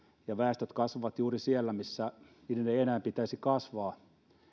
ja kun väestöt kasvavat juuri siellä missä niiden ei ei enää pitäisi kasvaa